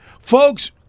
Folks